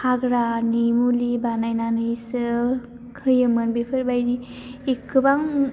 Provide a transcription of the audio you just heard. हाग्रानि मुलि बानायनानैसो होयोमोन बेफोरबायदि गोबां